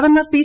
governor P